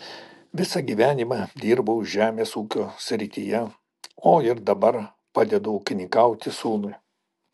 visą gyvenimą dirbau žemės ūkio srityje o ir dabar padedu ūkininkauti sūnui